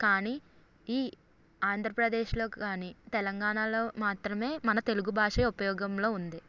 కానీ ఈ ఆంధ్రప్రదేశ్లో కానీ తెలంగాణలో మాత్రమే మన తెలుగు భాష ఉపయోగంలో ఉంది